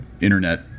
internet